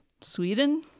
Sweden